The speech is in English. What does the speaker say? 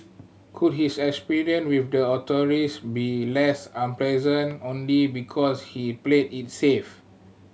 could his experiences with the authorities be less unpleasant only because he played it safe